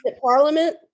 parliament